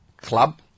Club